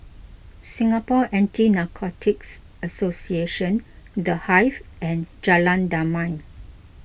Singapore Anti Narcotics Association the Hive and Jalan Damai